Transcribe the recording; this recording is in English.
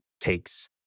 takes